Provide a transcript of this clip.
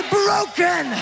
broken